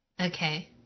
Okay